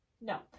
No